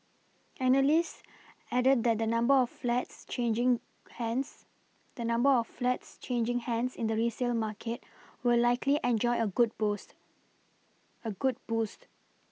analysts added that the number of flats changing hands the number of flats changing hands in the resale market will likely enjoy a good boos a good boost